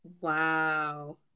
Wow